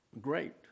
great